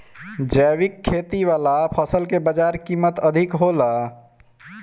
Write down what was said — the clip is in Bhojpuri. जैविक खेती वाला फसल के बाजार कीमत अधिक होला